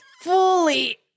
fully